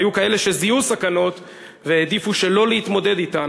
היו כאלה שזיהו סכנות והעדיפו שלא להתמודד אתן.